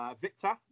Victor